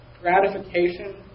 gratification